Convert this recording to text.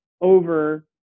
over